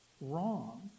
wrong